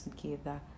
together